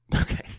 Okay